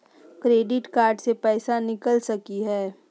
Credit card से पैसा निकल सकी हय?